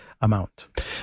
amount